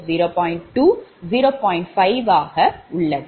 5 ஆக உள்ளது